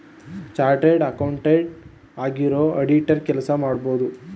chartered accountant ಆಗಿರೋರು auditor ಕೆಲಸ ಮಾಡಬೋದು